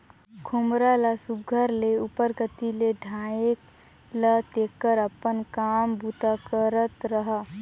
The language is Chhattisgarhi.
खोम्हरा ल सुग्घर ले उपर कती ले ढाएक ला तेकर अपन काम बूता करत रहा